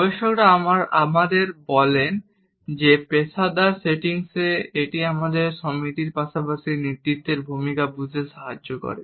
গবেষকরা আমাদের বলেন যে পেশাদার সেটিংসে এটি আমাদের সমিতির পাশাপাশি নেতৃত্বের ভূমিকা বুঝতে সাহায্য করে